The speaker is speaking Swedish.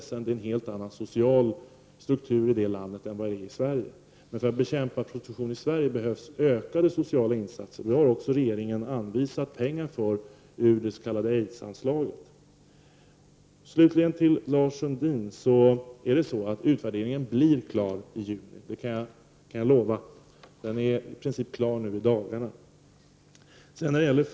Vidare har landet en helt annan social struktur än vad Sverige har. För att prostitutionen i Sverige skall kunna bekämpas behövs det ökade sociala insatser. Regeringen har också anvisat pengar för det ändamålet, som tas från det s.k. aidsanslaget. Så några ord till Lars Sundin. Jag kan lova att den aktuella utvärderingen blir klar i juni. I princip blir den klar i dessa dagar.